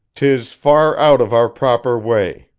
tis far out of our proper way.